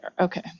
Okay